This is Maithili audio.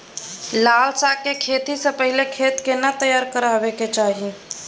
लाल साग के खेती स पहिले खेत केना तैयार करबा के चाही?